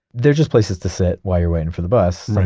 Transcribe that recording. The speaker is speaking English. they're just places to sit while you're waiting for the bus.